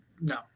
No